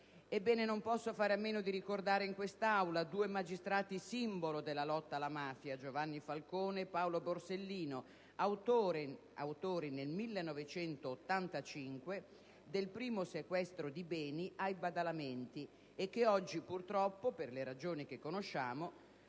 Ebbene, non posso fare a meno di ricordare in quest'Aula due magistrati simbolo della lotta alla mafia, Giovanni Falcone e Paolo Borsellino, autori nel 1985 del primo sequestro di beni ai Badalamenti, e che oggi, purtroppo, per le ragioni che conosciamo,